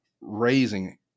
raising